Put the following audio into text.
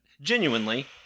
genuinely